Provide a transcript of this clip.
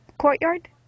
courtyard